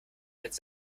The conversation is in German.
als